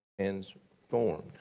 transformed